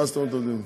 מה זאת אומרת עובדים,